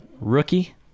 rookie